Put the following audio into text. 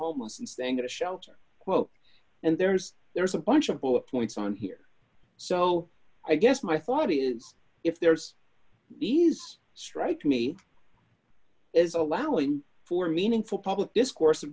halmos and staying at a shelter quote and there's there's a bunch of bullet points on here so i guess my thought is if there's these strike me is allowing for meaningful public discourse